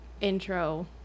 intro